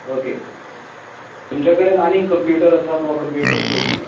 okay तुमच्या कडेन आनीक कम्प्युटर आसात वो कम्प्युटर सोडून